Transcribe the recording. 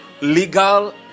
legal